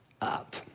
up